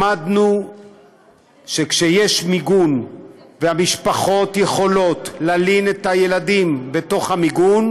למדנו שכשיש מיגון והמשפחות יכולות להלין את הילדים בתוך המיגון,